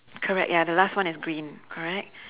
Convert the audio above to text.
correct ya the last one is green correct